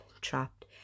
Trapped